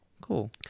cool